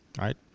right